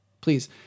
Please